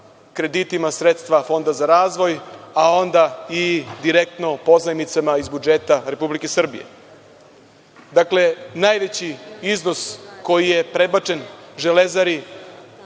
kreditima, sredstva, fonda za razvoj, a onda i direktno o pozajmicama iz budžeta Republike Srbije. Dakle, najveći iznos koji je prebačen „Železari“,